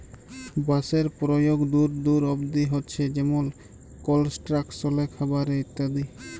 বাঁশের পরয়োগ দূর দূর অব্দি হছে যেমল কলস্ট্রাকশলে, খাবারে ইত্যাদি